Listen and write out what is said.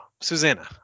Susanna